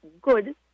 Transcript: good